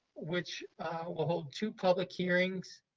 which will hold two public hearings